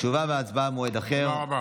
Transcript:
תודה רבה.